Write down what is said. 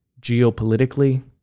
geopolitically